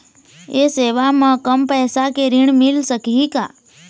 ये सेवा म कम पैसा के ऋण मिल सकही का?